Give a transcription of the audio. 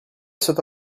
stato